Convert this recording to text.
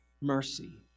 mercy